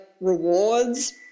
rewards